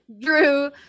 Drew